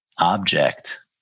object